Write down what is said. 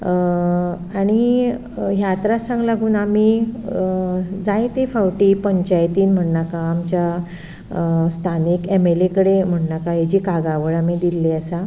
आनी ह्या त्रासांक लागून आमी जायते फावटी पंचायतीन म्हण्णाका आमच्या स्थानीक एम एल ए कडेन म्हण्णाका हेजी कागावळ आमी दिल्ली आसा